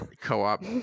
Co-op